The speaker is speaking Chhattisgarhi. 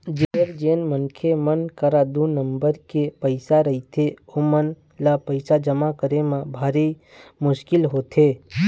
फेर जेन मनखे मन करा दू नंबर के पइसा रहिथे ओमन ल पइसा जमा करे म भारी मुसकिल होथे